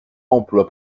emplois